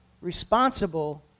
responsible